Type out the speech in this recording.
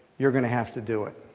you're going to have to do it.